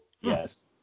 Yes